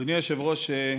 אדוני היושב-ראש,